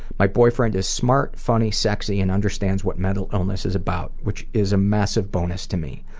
my boyfriend is smart, funny, sexy, and understands what mental illness is about, which is a massive bonus to me.